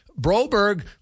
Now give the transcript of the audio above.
Broberg